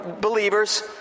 believers